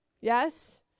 Yes